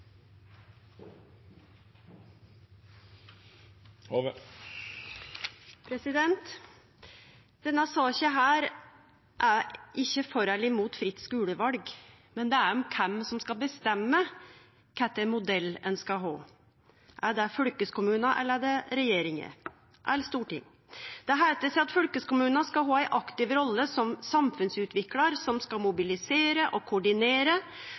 Denne saka handlar ikkje om å vere for eller mot fritt skuleval, men om kven som skal bestemme kva modell ein skal ha. Er det fylkeskommunen, eller er det regjeringa – eller Stortinget? Det heiter seg at fylkeskommunen skal ha ein aktiv rolle som samfunnsutviklar, som skal mobilisere og